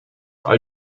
all